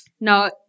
Now